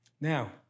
Now